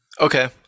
Okay